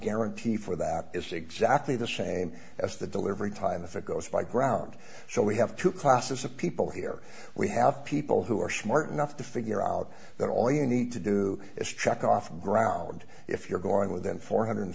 guarantee for that is exactly the same as the delivery time if it goes by ground so we have two classes of people here we have people who are smart enough to figure out that all you need to do is check off the ground if you're going within four hundred